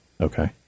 Okay